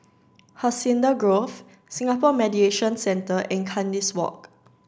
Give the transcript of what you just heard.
hacienda Grove Singapore Mediation Centre and Kandis Walk